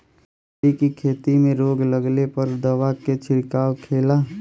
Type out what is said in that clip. भिंडी की खेती में रोग लगने पर कौन दवा के छिड़काव खेला?